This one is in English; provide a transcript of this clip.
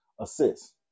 assists